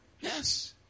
Yes